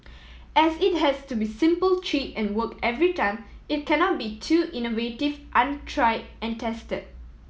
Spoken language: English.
as it has to be simple cheap and work every time it cannot be too innovative untried and tested